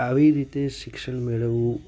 આવી રીતે શિક્ષણ મેળવવું